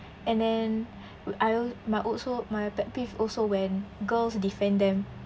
and then we~ I al~ my also my pet peeve also when girls defend them